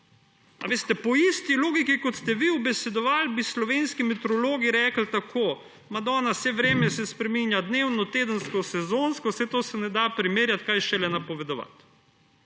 Veste, po isti logiki, kot ste vi ubesedovali, bi slovenski meteorologi rekli tako: madona, saj vreme se spreminja dnevno, tedensko, sezonsko, saj tega se ne da primerjati, kaj šele napovedovati.